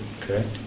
correct